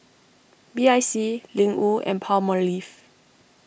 B I C Ling Wu and Palmolive